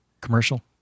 commercial